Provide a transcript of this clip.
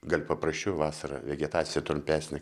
gal paprasčiau vasarą vegetacija trumpesnė